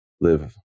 live